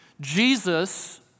Jesus